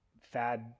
fad